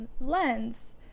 lens